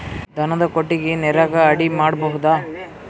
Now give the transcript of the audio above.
ದನದ ಕೊಟ್ಟಿಗಿ ನರೆಗಾ ಅಡಿ ಮಾಡಬಹುದಾ?